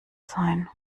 sein